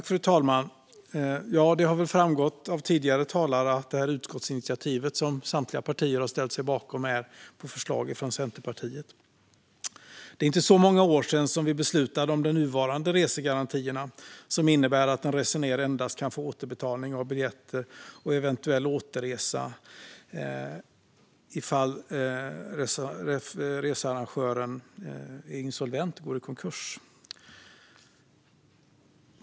Fru talman! Det har väl framgått av tidigare talare att det utskottsinitiativ som samtliga partier har ställt sig bakom tagits på förslag av Centerpartiet. Det är inte så många år sedan vi beslutade om de nuvarande resegarantierna, som innebär att en resenär endast kan få återbetalning av biljetter och ersättning för eventuell återresa ifall researrangören är insolvent och går i konkurs.